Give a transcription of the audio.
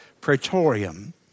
Praetorium